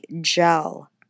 gel